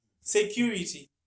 Security